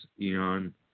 Eon